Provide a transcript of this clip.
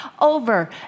over